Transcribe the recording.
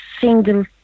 single